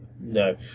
No